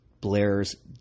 Blair's